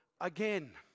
again